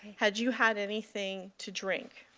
had you had anything to drink?